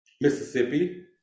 Mississippi